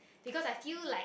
because I feel like